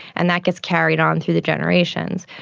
and that gets carried on through the generations.